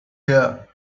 here